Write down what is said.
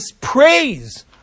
praise